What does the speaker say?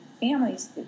families